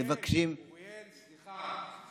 אוריאל, אוריאל, סליחה.